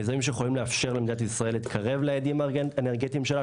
מיזמים שיכולים לאפשר למדינת ישראל להתקרב ליעדים האנרגטיים שלה,